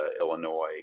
Illinois